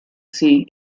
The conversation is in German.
sie